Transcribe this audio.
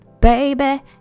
baby